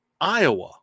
Iowa